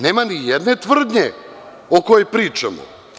Nema nijedne tvrdnje o kojoj pričamo.